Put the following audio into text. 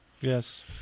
Yes